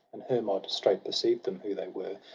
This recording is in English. and hermod straight perceived them, who they were,